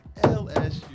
LSU